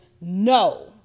No